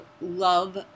love